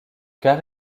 car